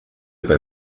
bei